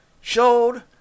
showed